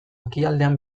ekialdean